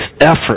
effort